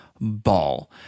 ball